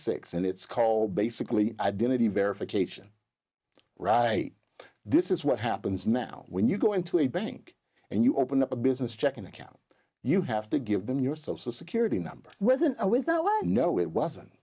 six and it's called basically identity verification right this is what happens now when you go into a bank and you open up a business checking account you have to give them your social security number wasn't it was not well no it wasn't